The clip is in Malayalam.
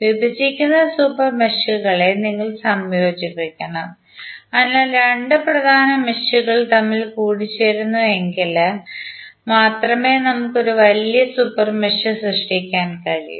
വിഭജിക്കുന്ന സൂപ്പർ മെഷുകളെ നിങ്ങൾ സംയോജിപ്പിക്കണം അതിനാൽ രണ്ട് പ്രധാന മെഷുകൾ തമ്മിൽ കൂടിച്ചേരുന്നു എങ്കിൽ മാത്രമേ നമുക്ക് ഒരു വലിയ സൂപ്പർ മെഷ് സൃഷ്ടിക്കാൻ കഴിയൂ